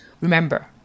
Remember